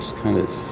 kind of,